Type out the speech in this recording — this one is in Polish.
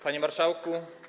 Panie Marszałku!